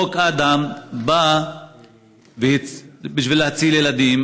חוק אדם בא בשביל להציל ילדים,